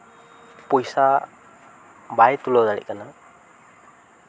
ᱯᱚᱭᱥᱟ ᱵᱟᱭ ᱛᱩᱞᱟᱹᱣ ᱫᱟᱲᱮᱜ ᱠᱟᱱᱟ